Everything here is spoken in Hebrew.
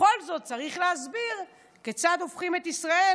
בכל זאת, צריך להסביר כיצד הופכים את ישראל